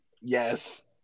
Yes